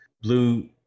blue